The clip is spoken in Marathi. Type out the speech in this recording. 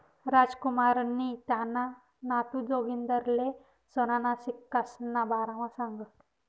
रामकुमारनी त्याना नातू जागिंदरले सोनाना सिक्कासना बारामा सांगं